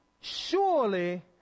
Surely